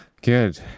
good